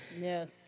Yes